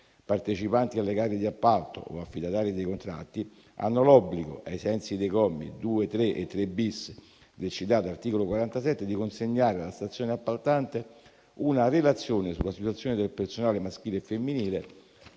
partecipanti alle gare di appalto o affidatarie dei contratti, hanno l'obbligo, ai sensi dei commi 2, 3 e 3-*bis* del citato articolo 47, di consegnare alla stazione appaltante una relazione sulla situazione del personale maschile e femminile,